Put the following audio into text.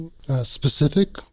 specific